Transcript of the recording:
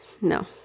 No